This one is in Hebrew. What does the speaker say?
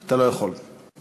אתה לא יכול מפני